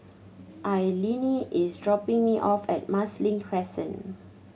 Alline is dropping me off at Marsiling Crescent